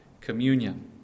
communion